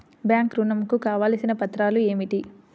Bank ఋణం కు కావలసిన పత్రాలు ఏమిటి?